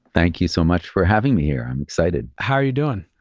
thank you so much for having me here. i'm excited. how are you doing?